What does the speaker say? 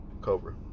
Cobra